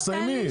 בסדר, תסיימי.